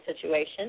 situation